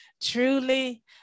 truly